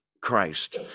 Christ